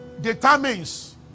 determines